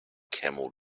camel